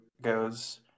goes